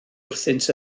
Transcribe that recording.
wrthynt